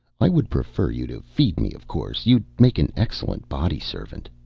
i would prefer you to feed me of course, you'd make an excellent body servant.